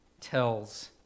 tells